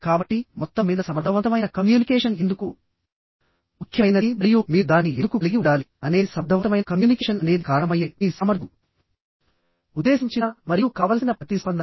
కాబట్టి మొత్తం మీద సమర్థవంతమైన కమ్యూనికేషన్ ఎందుకు ముఖ్యమైనది మరియు మీరు దానిని ఎందుకు కలిగి ఉండాలి అనేది సమర్థవంతమైన కమ్యూనికేషన్ అనేది కారణమయ్యే మీ సామర్థ్యం ఉద్దేశించిన మరియు కావలసిన ప్రతిస్పందన